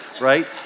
right